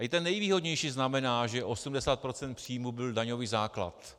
I ten nejvýhodnější znamená, že 80 % příjmů byl daňový základ.